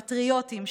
פטריוטים,